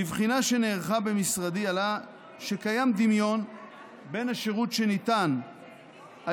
בבחינה שנערכה במשרדי עלה שקיים דמיון בין השירות שניתן על